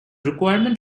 requirement